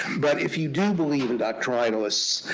but if you do believe in doctrinalists